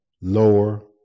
lower